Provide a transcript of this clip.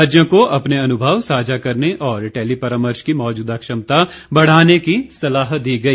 राज्यों को अपने अनुभव साझा करने और टेली परामर्श की मौजूदा क्षमता बढाने की सलाह दी गई